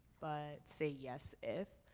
but say yes if,